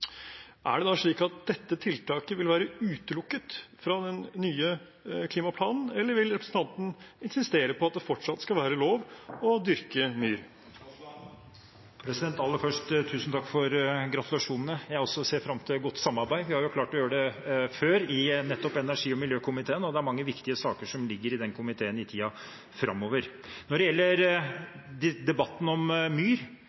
er det da slik at dette tiltaket vil være utelukket fra den nye klimaplanen, eller vil representanten insistere på at det fortsatt skal være lov å dyrke myr? Aller først, tusen takk for gratulasjonene. Jeg også ser fram til et godt samarbeid. Vi har jo klart det før i nettopp energi- og miljøkomiteen, og det er mange viktige saker som ligger i den komiteen i tiden framover. Når det gjelder debatten om myr